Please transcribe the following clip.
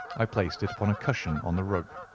i placed it upon a cushion on the rug.